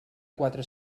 quatre